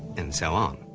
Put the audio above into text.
and so on.